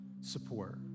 support